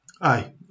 Aye